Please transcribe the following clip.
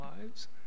lives